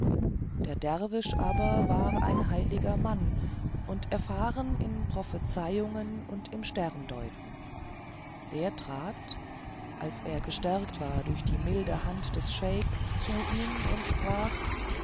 der derwisch aber war ein heiliger mann und erfahren in prophezeiungen und im sterndeuten der trat als er gestärkt war durch die milde hand des scheiks zu ihm und sprach